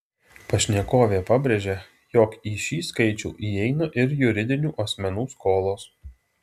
pašnekovė pabrėžia jog į šį skaičių įeina ir juridinių asmenų skolos